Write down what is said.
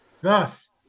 Thus